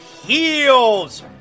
Heels